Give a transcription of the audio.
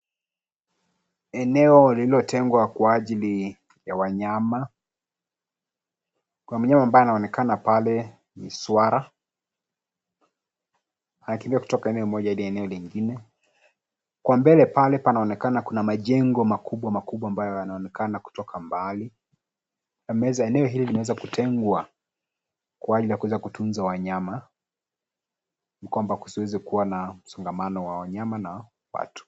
Eneo lilotengwa kwa ajili ya wanyama. Kwa mnyama ambaye anaonekana pale ni swara akikimbia kutoka eno moja hadi eneo lingine kwa mbele pale panaonekana kuna majengo makubwa, makubwa amabayo yanaonekana kuutoka mbali. Eneo hili limeweza kutengwa kwa ajili ya Kuweza kutunza wanyama. kwamba kusiweze kuwa na msongamano wa wanyama na watu.